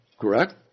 Correct